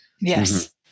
Yes